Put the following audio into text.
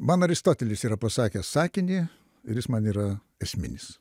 man aristotelis yra pasakęs sakinį ir jis man yra esminis